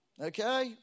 Okay